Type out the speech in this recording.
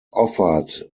offered